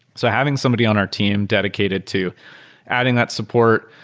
so having somebody on our team dedicated to adding that support,